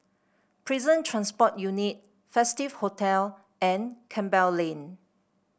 Prison Transport Unit Festive Hotel and Campbell Lane